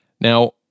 Now